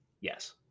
yes